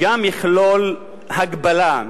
גם יכלול הגבלה.